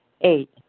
Eight